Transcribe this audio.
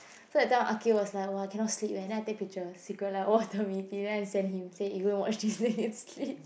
so that time Akeel was like !wah! cannot sleep leh then I take picture secret lah oh then i send him say you go and watch then he can sleep